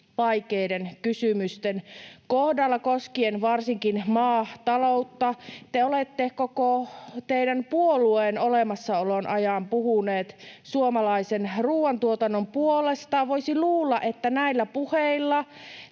vaikeiden kysymysten kohdalla koskien varsinkin maataloutta. Te olette koko teidän puolueen olemassaolon ajan puhuneet suomalaisen ruuantuotannon puolesta. Voisi luulla, että näillä puheilla